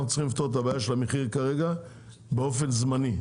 אנחנו צריכים לפתור את הבעיה של המחיר כרגע באופן זמני,